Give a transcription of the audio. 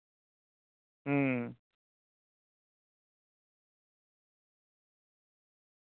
ᱦᱩᱸ